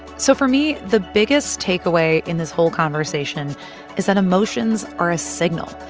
so for me, the biggest takeaway in this whole conversation is that emotions are a signal.